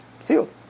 sealed